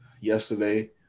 yesterday